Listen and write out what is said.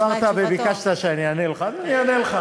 שתשמע את תשובתו.